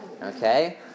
Okay